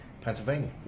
Pennsylvania